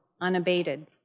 unabated